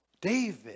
David